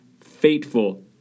fateful